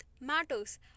matters